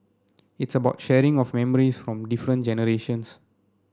it's about sharing of memories from different generations